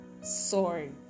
sorry